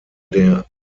der